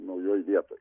naujoj vietoj